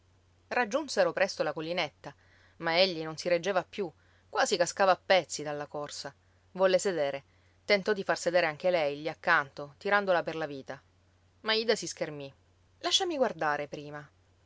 raggiunsero presto la collinetta ma egli non si reggeva più quasi cascava a pezzi dalla corsa volle sedere tentò di far sedere anche lei lì accanto tirandola per la vita ma ida si schermì lasciami guardare prima